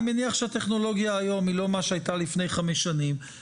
אני מניח שהטכנולוגיה היום היא לא מה שהייתה לפני חמש שנים.